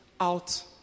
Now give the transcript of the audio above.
out